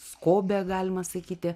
skobė galima sakyti